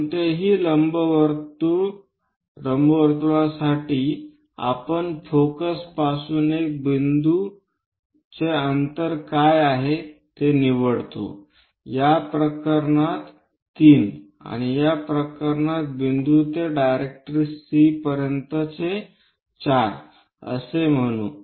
कोणत्याही लंबवर्तुळासाठी आपण फोकस पासून एक बिंदू अंतर काय आहे निवडतो या प्रकरणात 3 आणि या प्रकरणात बिंदू ते डायरेक्ट्रिक्स C पर्यंत 4 असे म्हणू